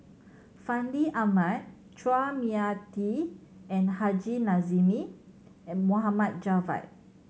Fandi Ahmad Chua Mia Tee and Haji Namazie M Moham Javad